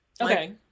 okay